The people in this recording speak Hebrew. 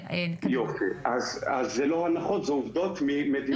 זה לא הנחות, זה עובדות ממדינות אחרות.